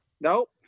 Nope